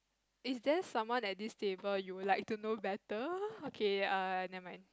is there someone at this table you would like to know better okay err never mind